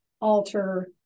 alter